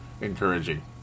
encouraging